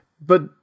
but